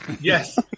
Yes